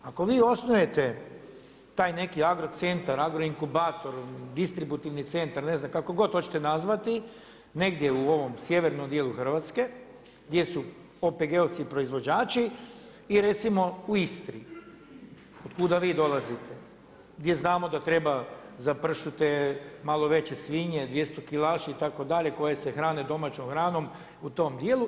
Ako vi osnujete taj neki agro centar, agro inkubator, distributivni centar, ne znam, kako god hoćete nazvati, negdje u ovom sjevernom dijelu Hrvatske, gdje su OPG-ovci proizvođači i recimo u Istri, od kuda vi dolazite, gdje znamo da treba, za pršute, malo veće svinje, 200 kilaši itd. koji se hrane domaćom hranom u tom dijelu.